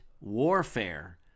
warfare